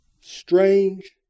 strange